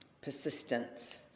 Persistence